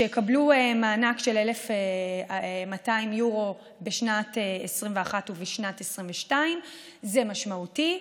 שיקבלו מענק של 1,200 יורו בשנת 2021 ובשנת 2022. זה משמעותי,